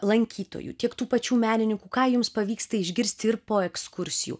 lankytojų tiek tų pačių menininkų ką jums pavyksta išgirsti ir po ekskursijų